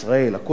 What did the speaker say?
הכול ביחד,